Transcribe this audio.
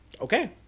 okay